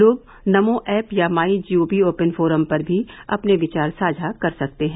लोग नमो ऐप या MyGov open forum पर भी अपने विचार साझा कर सकते हैं